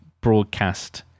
broadcast